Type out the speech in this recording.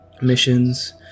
missions